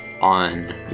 on